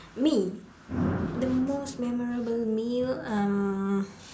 me the most memorable meal um